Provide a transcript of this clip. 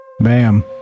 Bam